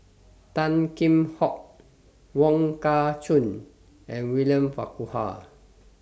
Tan Kheam Hock Wong Kah Chun and William Farquhar